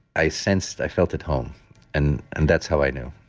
i sensed. i felt at home and and that's how i knew